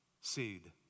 seed